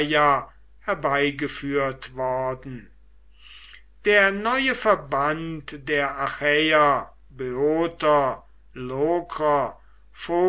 herbeigeführt worden der neue verband der achäer